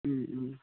उम उम